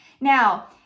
Now